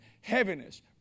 heaviness